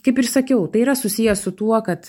kaip ir sakiau tai yra susiję su tuo kad